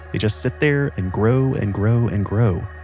they just sit there and grow and grow and grow.